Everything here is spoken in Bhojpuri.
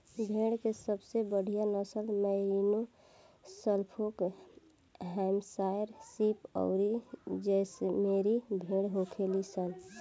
भेड़ के सबसे बढ़ियां नसल मैरिनो, सफोल्क, हैम्पशायर शीप अउरी जैसलमेरी भेड़ होखेली सन